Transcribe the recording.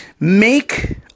Make